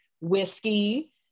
whiskey